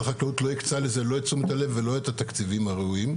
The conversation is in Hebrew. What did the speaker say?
החקלאות לא הקצה לזה לא את תשומת הלב ולא את התקציבים הראויים.